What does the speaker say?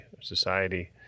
society